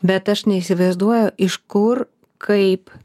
bet aš neįsivaizduoju iš kur kaip